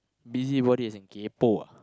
busybody as in kaypoh ah